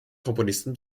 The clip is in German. komponisten